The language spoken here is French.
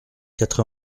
quatre